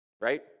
right